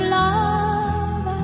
love